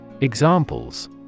Examples